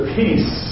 peace